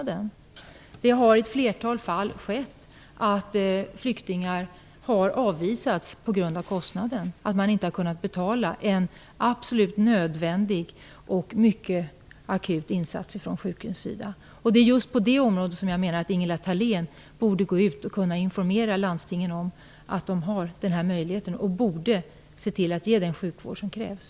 Det har i ett flertal fall hänt att flyktingar har avvisats på grund av kostnaden, att man från sjukhusets sida inte har kunnat betala en absolut nödvändig och mycket akut insats. Det är just på det området som jag menar att Ingela Thalén borde gå ut och informera landstingen om att de har den möjligheten och därför borde kunna ge den sjukvård som krävs.